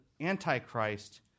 Antichrist